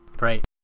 Right